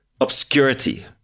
obscurity